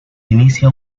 inicia